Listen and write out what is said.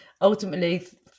ultimately